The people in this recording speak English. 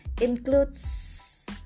includes